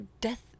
death